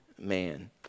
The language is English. man